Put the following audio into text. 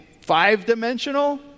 five-dimensional